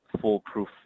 foolproof